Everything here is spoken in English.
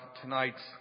tonight's